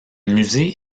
musée